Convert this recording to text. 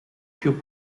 più